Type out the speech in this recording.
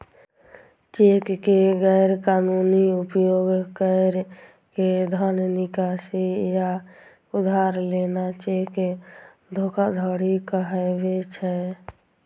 cheque के गैर कानूनी उपयोग कैर के धन निकासी या उधार लेना चेक धोखाधड़ी कहाबै छै